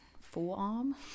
forearm